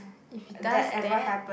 if he does that